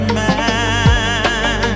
man